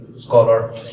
scholar